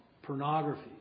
pornography